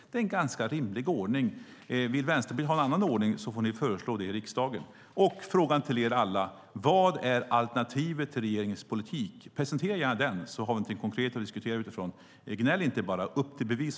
Det är en rimlig ordning. Om Vänstern vill ha en annan ordning får ni föreslå det i riksdagen. Vad är alternativet till regeringens politik? Presentera gärna den, så har vi något konkret att diskutera. Gnäll inte bara. Upp till bevis.